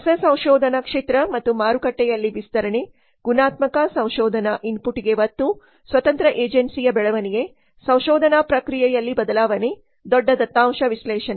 ಹೊಸ ಸಂಶೋಧನಾ ಕ್ಷೇತ್ರ ಮತ್ತು ಮಾರುಕಟ್ಟೆಯಲ್ಲಿ ವಿಸ್ತರಣೆ ಗುಣಾತ್ಮಕ ಸಂಶೋಧನಾ ಇನ್ಪುಟ್ಗೆ ಒತ್ತು ಸ್ವತಂತ್ರ ಏಜೆನ್ಸಿಯ ಬೆಳವಣಿಗೆ ಸಂಶೋಧನಾ ಪ್ರಕ್ರಿಯೆಯಲ್ಲಿ ಬದಲಾವಣೆ ದೊಡ್ಡ ದತ್ತಾಂಶ ವಿಶ್ಲೇಷಣೆ